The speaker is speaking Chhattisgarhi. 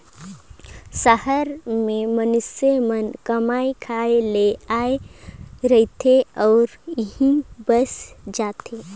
सहर में मइनसे मन कमाए खाए ले आए रहथें अउ इहें बइस जाथें